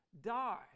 die